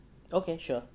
okay sure